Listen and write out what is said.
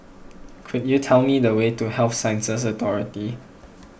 could you tell me the way to Health Sciences Authority